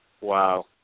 Wow